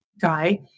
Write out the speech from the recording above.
guy